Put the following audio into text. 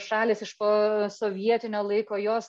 šalys iš posovietinio laiko jos